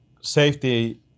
safety